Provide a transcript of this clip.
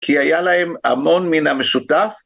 כי היה להם המון מן המשותף.